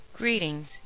Greetings